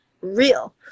real